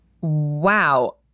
Wow